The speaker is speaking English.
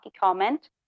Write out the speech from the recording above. comment